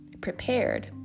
prepared